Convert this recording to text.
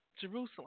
Jerusalem